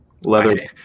leather